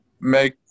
make